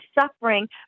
suffering